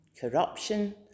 corruption